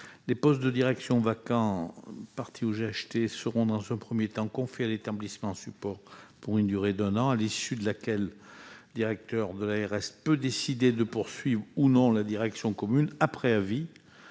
Les postes de direction vacants d'établissements parties au GHT seront, dans un premier temps, confiés à l'établissement support pour une durée d'un an, à l'issue de laquelle le directeur de l'ARS pourra décider de poursuivre ou non la direction commune, après avis